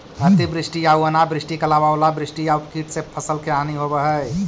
अतिवृष्टि आऊ अनावृष्टि के अलावा ओलावृष्टि आउ कीट से फसल के हानि होवऽ हइ